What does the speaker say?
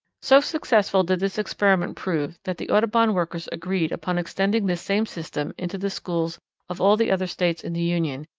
so successful did this experiment prove that the audubon workers agreed upon extending this same system into the schools of all the other states in the union,